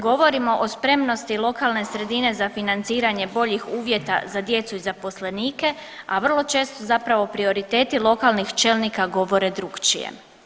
Govorimo o spremnosti lokalne sredine za financiranje boljih uvjeta za djecu i zaposlenike, a vrlo često zapravo prioriteti lokalnih čelnika govore drukčije.